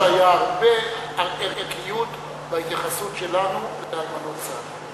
אני חושב שהייתה הרבה ערכיות בהתייחסות שלנו לאלמנות צה"ל.